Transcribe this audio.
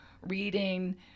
reading